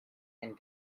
and